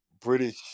British